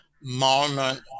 moment